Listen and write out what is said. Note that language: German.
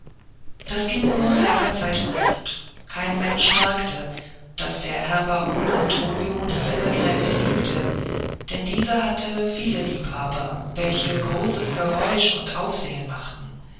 das ging nun lange zeit gut kein mensch merkte daß herr baron antonio die junge gräfin liebte denn diese hatte viele liebhaber welche großes geräusch und aufsehen machten